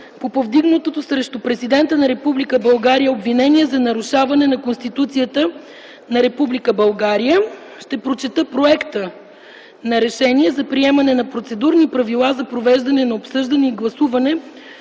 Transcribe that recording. по повдигнатото срещу президента на Република България обвинение за нарушаване на Конституцията на Република България. Ще прочета проекта на Решение за приемане на Процедурни правила за провеждане на обсъждане и гласуване